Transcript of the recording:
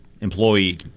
employee